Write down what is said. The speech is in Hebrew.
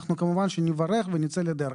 אנחנו כמובן שנברך ונצא לדרך.